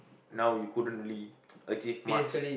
now you couldn't really achieve much